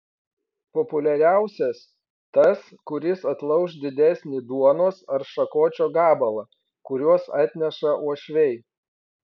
populiariausias tas kuris atlauš didesnį duonos ar šakočio gabalą kuriuos atneša uošviai